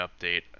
update